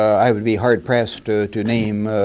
i would be hard pressed to to name